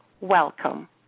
welcome